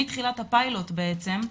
מתחילת הפיילוט בעצם,